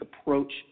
approach